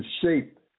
shape